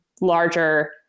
larger